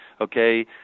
Okay